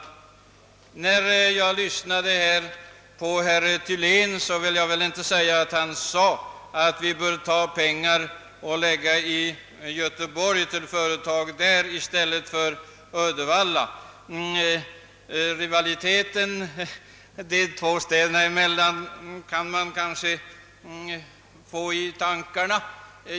Efter att ha lyssnat till herr Thylén vill jag inte påstå att han sade direkt att vi bör använda pengar på företag i Göteborg i stället för i Uddevalla, men man får lätt rivaliteten de två städerna emellan i tankarna i anledning av herr Thyléns anförande.